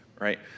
right